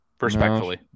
respectfully